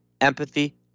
empathy